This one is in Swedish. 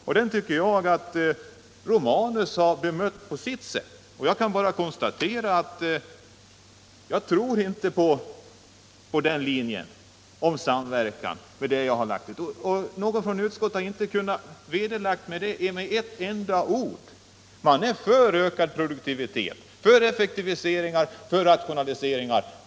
Gabriel Romanus har bemött detta på sitt sätt, och jag kan bara svara att jag inte tror på linjen om samverkan. Ingen från utskottet har kunnat rubba min övertygelse på den punkten. Man är för ökad produktivitet, effektiviseringar och rationaliseringar.